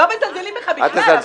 לא מזלזלים בך בכלל.